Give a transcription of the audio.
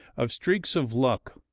of streaks of luck,